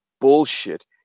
bullshit